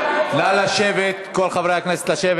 נא לשבת, כל חברי הכנסת, נא לשבת.